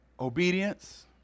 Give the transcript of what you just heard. obedience